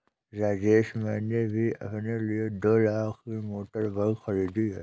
राजेश मैंने भी अपने लिए दो लाख की मोटर बाइक खरीदी है